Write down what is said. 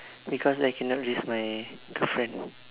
because I cannot risk my girlfriend